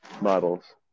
models